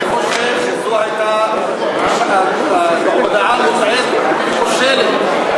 אני חושב שזו הייתה הודעה מצערת וכושלת,